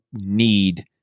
need